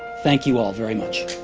thank you all very much